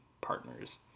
partners